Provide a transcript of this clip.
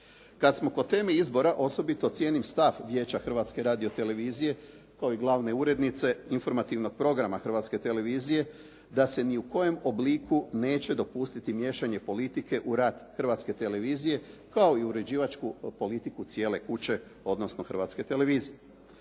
Kad smo kod teme izbora osobito cijenim stav vijeća Hrvatske radio-televizije kao i glavne urednice informativnog programa Hrvatske televizije da se ni u kojem obliku neće dopustiti miješanje politike u rad Hrvatske televizije kao i uređivačku politiku cijele kuće odnosno Hrvatske televizije.